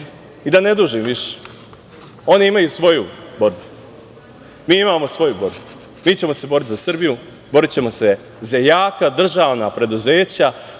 više ne dužim, oni imaju svoju borbu, mi imamo svoju borbu. Mi ćemo se boriti za Srbiju, borićemo se za jaka državna preduzeća,